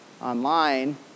online